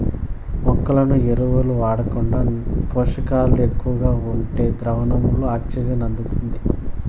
మొక్కలకు ఎరువులు వాడకుండా పోషకాలు ఎక్కువగా ఉండే ద్రావణంతో ఆక్సిజన్ అందుతుంది